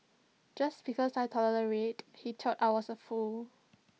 just because I tolerated he thought I was A fool